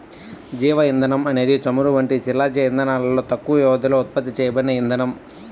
జీవ ఇంధనం అనేది చమురు వంటి శిలాజ ఇంధనాలలో తక్కువ వ్యవధిలో ఉత్పత్తి చేయబడిన ఇంధనం